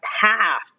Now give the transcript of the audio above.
path